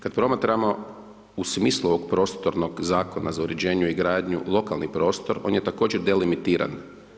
Kad promatramo u smislu ovog prostornog zakona za uređenje i gradnju, lokalni prostor, on je također delimitiran.